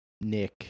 Nick